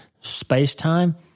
space-time